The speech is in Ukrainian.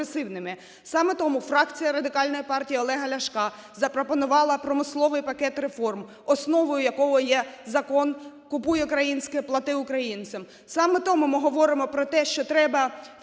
Саме тому фракція Радикальної партії Олега Ляшка запропонувала промисловий проект реформ, основною якого є Закон "Купуй українське, плати українцям".